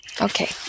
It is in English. Okay